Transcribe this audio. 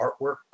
artwork